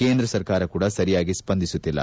ಕೇಂದ್ರ ಸರ್ಕಾರ ಕೂಡ ಸರಿಯಾಗಿ ಸ್ಪಂದಿಸುತ್ತಿಲ್ಲ